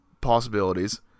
possibilities